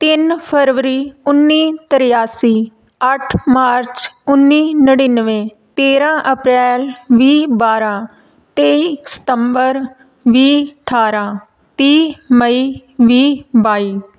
ਤਿੰਨ ਫਰਵਰੀ ਉੱਨੀ ਤਰਿਆਸੀ ਅੱਠ ਮਾਰਚ ਉੱਨੀ ਨੜ੍ਹਿਨਵੇਂ ਤੇਰਾਂ ਅਪ੍ਰੈਲ ਵੀਹ ਬਾਰਾਂ ਤੇਈ ਸਤੰਬਰ ਵੀਹ ਅਠਾਰਾਂ ਤੀਹ ਮਈ ਵੀਹ ਬਾਈ